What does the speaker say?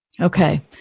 Okay